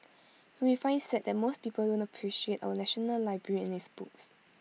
and we find IT sad that most people don't appreciate our National Library and its books